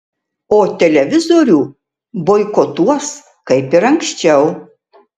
o televizorių boikotuos kaip ir anksčiau